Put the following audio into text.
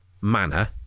manner